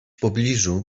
pobliżu